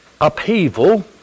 upheaval